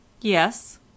Yes